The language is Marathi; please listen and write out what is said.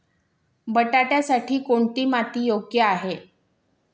बटाट्यासाठी कोणती माती योग्य आहे?